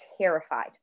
terrified